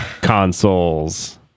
consoles